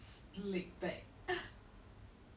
ya I think that guy was just defensive right